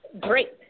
great